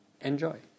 enjoy